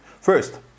First